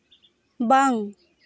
ᱵᱟᱝ